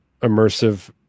immersive